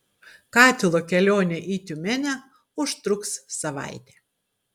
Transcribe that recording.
katilo kelionė į tiumenę užtruks savaitę